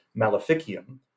maleficium